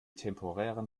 temporären